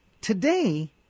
Today